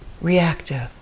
reactive